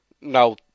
now